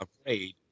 afraid